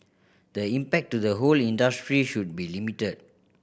the impact to the whole industry should be limited